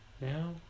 Now